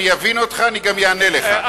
אני אבין אותך ואני גם אענה לך.